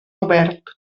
obert